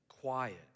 quiet